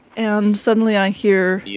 and suddenly i hear, yeah